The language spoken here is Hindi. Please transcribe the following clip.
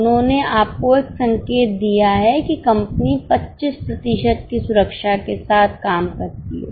उन्होंने आपको एक संकेत दिया है कि कंपनी 25 प्रतिशत की सुरक्षा के साथ काम करती है